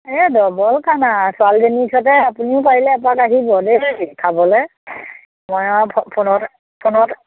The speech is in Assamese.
এই দবল খানা ছোৱালীজনীৰ পিছতে আপুনিও পাৰিলে এপাক আহিব দেই খাবলে মই আৰু ফ ফোনত ফোনত